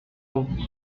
off